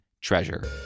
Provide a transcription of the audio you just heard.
Treasure